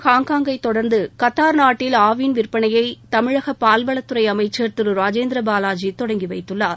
ஹாங்காங்கைத் தொடர்ந்து கத்தார் நாட்டில் ஆவின் விற்பனையை தமிழக பால்வளத்துறை அமைச்சர் திரு ராஜேந்திர பாலாஜி தொடங்கிவைத்துள்ளார்